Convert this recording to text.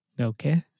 Okay